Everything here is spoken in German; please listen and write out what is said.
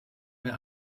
wer